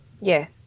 Yes